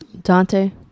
Dante